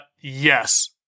Yes